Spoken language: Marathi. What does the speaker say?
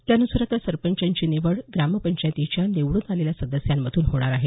त्यानुसार आता सरपंचांची निवड ग्रामपंचायतीच्या निवडून आलेल्या सदस्यांमधून होणार आहे